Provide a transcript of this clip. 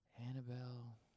Annabelle